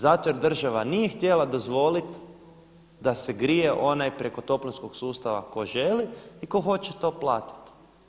Zato jer država nije htjela dozvoliti da se grije onaj preko toplinskog sustava ko želi i ko hoće to platiti.